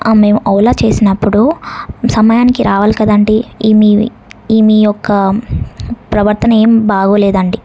మేం ఓలా చేసినప్పుడు సమయానికి రావాలి కదండి ఈ మీవి ఈ మీ యొక్క ప్రవర్తన ఏం బాగోలేదండి